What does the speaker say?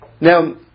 Now